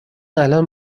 الان